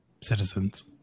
citizens